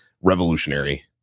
revolutionary